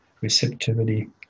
receptivity